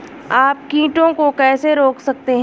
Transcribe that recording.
आप कीटों को कैसे रोक सकते हैं?